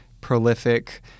prolific